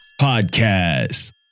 Podcast